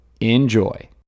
Enjoy